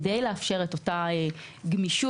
כדי לאפשר את אותה גמישות,